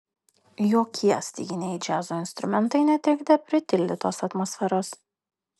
jokie styginiai džiazo instrumentai netrikdė pritildytos atmosferos